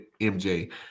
MJ